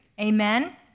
Amen